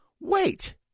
Wait